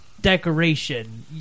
decoration